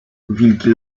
wilki